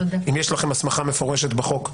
אם יש לכם הסמכה מפורשת בחוק,